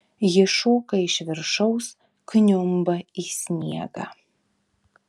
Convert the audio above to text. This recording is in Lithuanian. ji šoka iš viršaus kniumba į sniegą